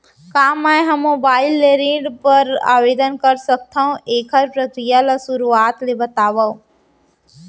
का मैं ह मोबाइल ले ऋण बर आवेदन कर सकथो, एखर प्रक्रिया ला शुरुआत ले बतावव?